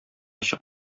чык